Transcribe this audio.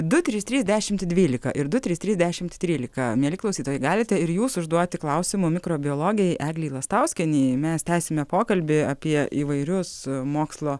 du trys trys dešimt dvylika ir du trys trys dešimt trylika mieli klausytojai galite ir jūs užduoti klausimų mikrobiologei eglei lastauskienei mes tęsime pokalbį apie įvairius mokslo